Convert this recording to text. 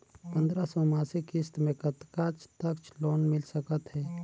पंद्रह सौ मासिक किस्त मे कतका तक लोन मिल सकत हे?